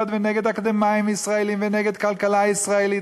ונגד אקדמאים ישראלים ונגד הכלכלה הישראלית,